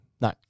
No